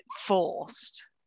forced